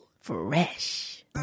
fresh